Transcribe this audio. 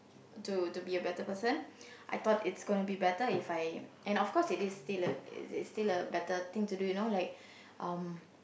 to to be a better person I thought it's gonna be better If I and of course it is still a it's still a it's still a better thing to do you know like um